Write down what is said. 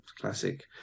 classic